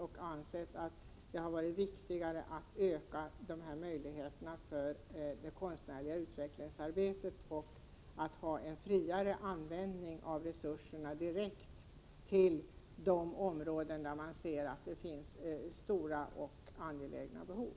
Vi har ansett att det är viktigare att öka möjligheterna för det konstnärliga utvecklingsarbetet och att ha en friare användning av resurserna direkt på de områden där man ser att det finns stora och angelägna behov.